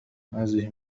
هذه